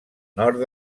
nord